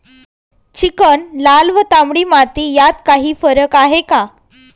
Chicken, लाल व तांबडी माती यात काही फरक आहे का?